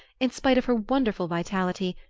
in spite of her wonderful vitality,